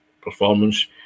performance